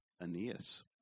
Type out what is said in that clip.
Aeneas